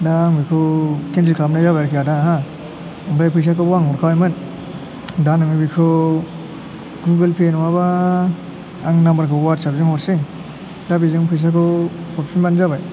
दा आं बेखौ केनसेल खालामनाय जाबाय आरोखि आदा हो ओमफ्राय फैसाखौबो आं हरखाबायमोन दा नोङो बेखौ गुगोल पे नङाबा आं नाम्बारखौ वाटसआपजों हरनोसै दा बेजों फैसाखौ हरफिनबानो जाबाय